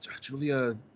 Julia